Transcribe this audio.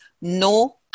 no